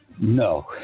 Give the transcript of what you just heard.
No